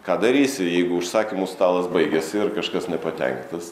ką darysi jeigu užsakymų stalas baigiasi ir kažkas nepatenkintas